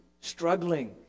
struggling